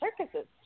circuses